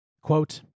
Quote